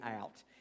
out